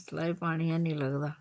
फसला ई पानी ऐनी लगदा